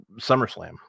SummerSlam